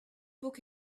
book